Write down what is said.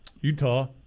Utah